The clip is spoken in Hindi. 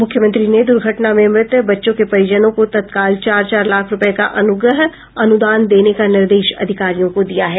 मुख्यमंत्री ने द्र्घटना में मृत बच्चों के परिजनों को तत्काल चार चार लाख रूपये का अनुग्रह अनुदान देने का निर्देश अधिकारियों को दिया है